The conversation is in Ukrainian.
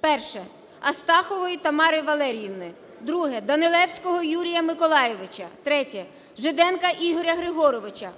Перше. Астахової Тамари Валеріївни. Друге. Данилевського Юрія Миколайовича. Третє. Жиденка Ігоря Григоровича.